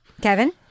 kevin